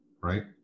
right